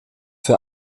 für